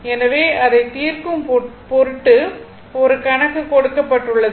எனவே அதைத் தீர்க்கும் பொருட்டு ஒரு கணக்கு கொடுக்கப்பட்டுள்ளது